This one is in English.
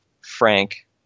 Frank